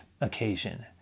occasion